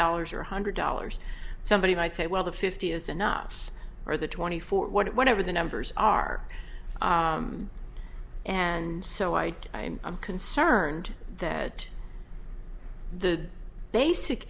dollars or one hundred dollars somebody might say well the fifty is enough or the twenty four whatever the numbers are and so i i'm i'm concerned that the basic